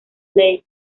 leigh